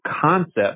concept